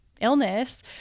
illness